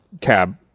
cab